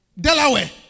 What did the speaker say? Delaware